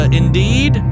indeed